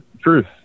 Truth